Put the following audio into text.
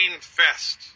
fest